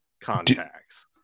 contacts